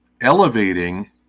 elevating